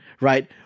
right